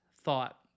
thought